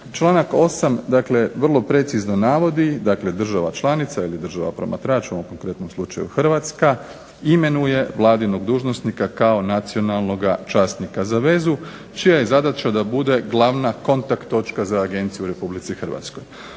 Članak 8. dakle vrlo precizno navodi dakle država članica ili država promatrač u ovom konkretnom slučaju Hrvatska imenuje vladinog dužnosnika kao nacionalnog časnika za vezu čija je zadaća da bude glavna kontakt točka za agenciju u RH.